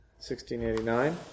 1689